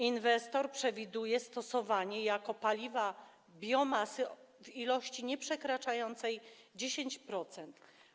Inwestor przewiduje stosowanie jako paliwa biomasy w ilości nieprzekraczającej 10%.